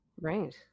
Right